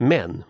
Men